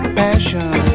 passion